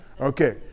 Okay